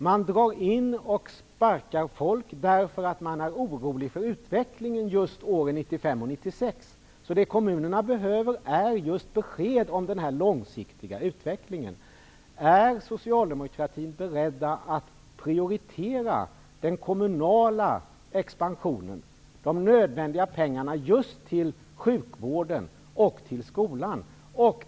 Man drar in och sparkar folk därför att man är orolig för utvecklingen åren 1995 och 1996. Det kommunerna behöver är just besked om den långsiktiga utvecklingen. Är socialdemokraterna beredda att prioritera den kommunala expansionen och ge de nödvändiga pengarna just till sjukvården och till skolan?